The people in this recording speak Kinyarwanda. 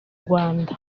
rwanda